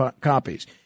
copies